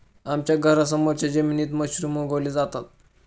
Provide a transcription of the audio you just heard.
आमच्या घरासमोरच्या जमिनीत मशरूम उगवले जातात